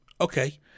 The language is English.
Okay